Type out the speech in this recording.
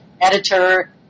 editor